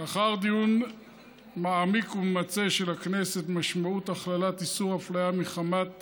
לאחר דיון מעמיק וממצה של הכנסת במשמעות הכללת איסור אפליה מחמת